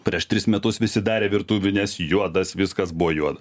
prieš tris metus visi darė virtuvines juodas viskas buvo juoda